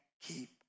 keep